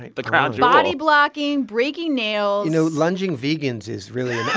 the crown jewel body blocking, breaking nails you know, lunging vegans is really an